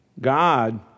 God